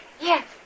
Yes